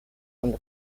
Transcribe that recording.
und